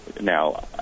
Now